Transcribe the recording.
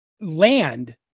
land